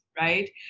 right